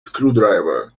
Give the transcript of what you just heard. screwdriver